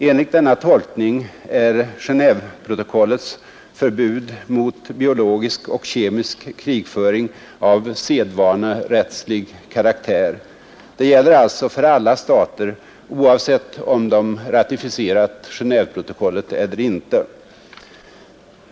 Enligt denna tolkning är Genéveprotokollets förbud mot biologisk och kemisk krigföring av sedvanerättslig karaktär. Det gäller alltså för alla stater, oavsett om de ratificerat Genéveprotokollet eller inte.